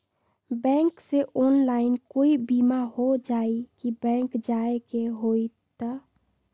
Bank से online कोई बिमा हो जाई कि बैंक जाए के होई त?